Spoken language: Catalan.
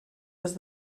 des